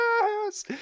Yes